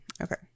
Okay